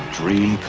dream